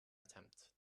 attempt